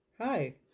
Hi